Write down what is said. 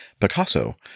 Picasso